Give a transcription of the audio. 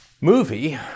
movie